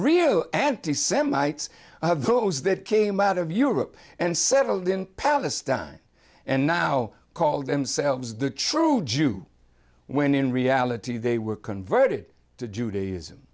rio anti semites of those that came out of europe and settled in palestine and now call themselves the true jew when in reality they were converted to judaism